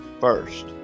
first